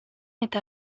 eta